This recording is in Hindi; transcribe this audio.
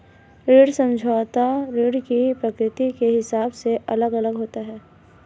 ऋण समझौता ऋण की प्रकृति के हिसाब से अलग अलग होता है